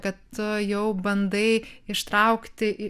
kad jau bandai ištraukti